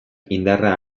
indarra